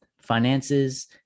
finances